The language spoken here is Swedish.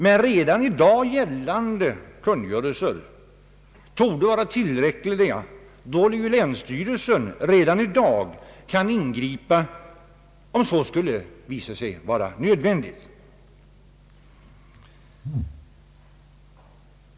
Men redan i dag gällande kungörelser torde vara tillräckliga, då länsstyrelsen redan nu kan ingripa om så skulle visa sig vara nödvändigt.